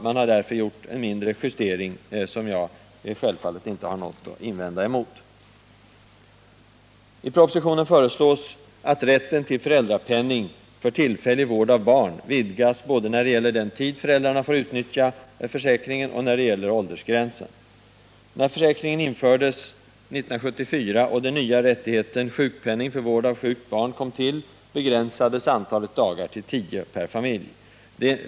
Man har därför gjort en mindre justering, som jag självfallet inte har någonting att invända emot. I propositionen föreslås att rätten till föräldrapenning för tillfällig vård av barn vidgas både när det gäller den tid föräldrarna får utnyttja försäkringen och beträffande åldersgränsen. När försäkringen infördes 1974 och den nya rättigheten till ersättning för vård av sjukt barn kom till begränsades antalet dagar till tio per familj.